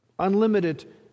Unlimited